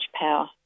power